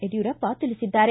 ಯಡ್ಕೂರಪ್ಪ ತಿಳಿಸಿದ್ದಾರೆ